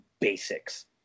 Basics